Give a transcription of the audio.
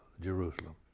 Jerusalem